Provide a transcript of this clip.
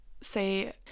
say